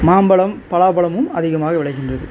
மாம்பழம் பலாப்பழமும் அதிகமாக விளைகின்றது